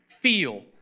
feel